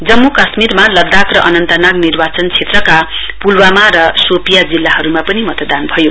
जम्मु काश्मीरका लद्दाख र अनन्तनाग निर्वाचन क्षेत्रका पुलवामा र शोपियाँ जिल्लाहरूमा पनि मतदान भयो